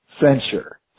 censure